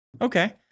Okay